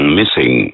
Missing